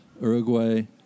Uruguay